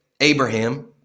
Abraham